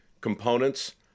components